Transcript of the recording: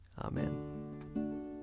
Amen